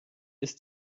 ist